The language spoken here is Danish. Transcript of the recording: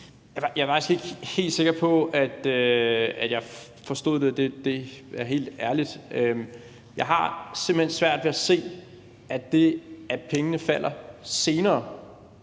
jeg er faktisk ikke helt sikker på, at jeg forstod det, og det er helt ærligt. Jeg har simpelt hen svært ved at se, at det, at pengene falder senere,